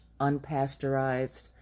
unpasteurized